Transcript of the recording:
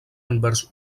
envers